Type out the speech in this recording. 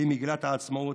במגילת העצמאות,